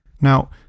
Now